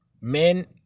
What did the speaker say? Men